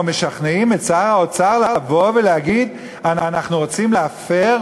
או משכנעים את שר האוצר לבוא ולהגיד: אנחנו רוצים להפר,